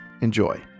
Enjoy